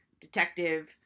detective